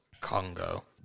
Congo